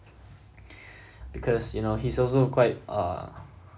because you know he's also quite uh